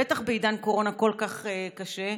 בטח בעידן קורונה כל כך קשה,